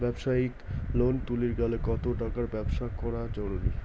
ব্যবসায়িক লোন তুলির গেলে কতো টাকার ব্যবসা হওয়া জরুরি?